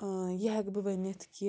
ٲں یہِ ہٮ۪کہٕ بہٕ ؤنِتھ کہِ